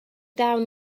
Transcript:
down